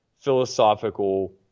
philosophical